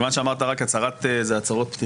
מכיוון שאמרת שזה רק הצהרות פתיחה,